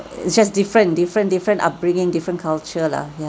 it's just different different different upbringing different culture lah ya